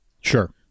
Sure